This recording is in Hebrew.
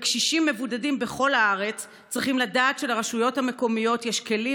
וקשישים מבודדים בכל הארץ צריכים לדעת שלרשויות המקומיות יש כלים